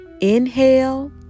Inhale